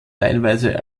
teilweise